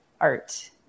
art